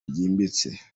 ryimbitse